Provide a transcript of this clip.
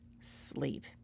sleep